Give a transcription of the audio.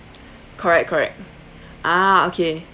correct correct ah okay